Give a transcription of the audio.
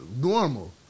normal